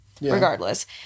regardless